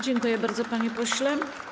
Dziękuję bardzo, panie pośle.